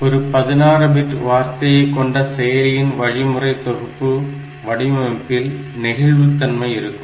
ஒரு 16 பிட் வார்த்தையை கொண்ட செயலியின் வழிமுறை தொகுப்பு வடிவமைப்பில் நெகிழ்வுதன்மை இருக்கும்